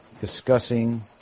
discussing